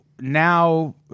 now